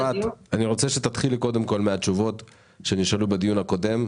העולמי, של ה-CDC.